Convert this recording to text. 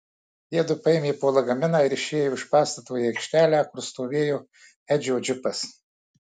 jiedu paėmė po lagaminą ir išėjo iš pastato į aikštelę kur stovėjo edžio džipas